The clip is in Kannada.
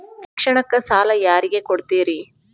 ಶಿಕ್ಷಣಕ್ಕ ಸಾಲ ಯಾರಿಗೆ ಕೊಡ್ತೇರಿ?